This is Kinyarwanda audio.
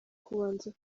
kubanza